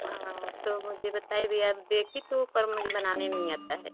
हाँ तो मुझे बताइए भैया देखी तो हूँ पर मुझे बनाने नहीं आता है